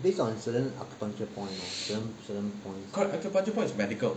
based on certain acupuncture point certain certain points